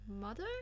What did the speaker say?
mother